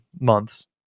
months